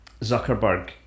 Zuckerberg